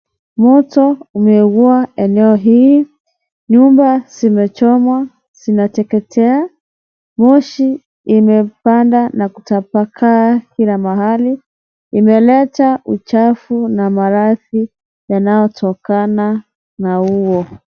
Moto umevua eneo hii , nyumba zimechomwa zinateketea , moshi imepanda n akutapakaa kila mahali , imeleta uchafu na maradhi yanayotokana na huo.